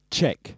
Check